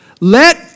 let